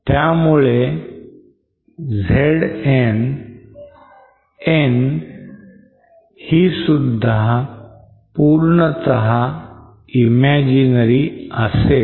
त्यामुळे Zn'n" हीसुद्धा पूर्णतः imaginary असेल